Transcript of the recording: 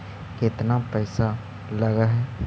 केतना पैसा लगय है?